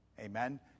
Amen